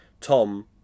Tom